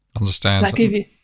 Understand